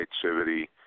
creativity